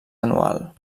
anual